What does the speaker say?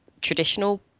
traditional